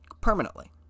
permanently